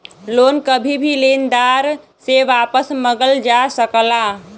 loan कभी भी लेनदार से वापस मंगल जा सकला